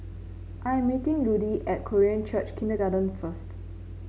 I am meeting Ludie at Korean Church Kindergarten first